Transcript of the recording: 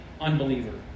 unbeliever